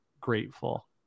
Grateful